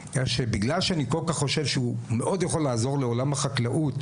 שבגלל שאני כל כך חושב שהוא מאוד יכול לעזור לעולם החקלאות,